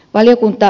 valiokunta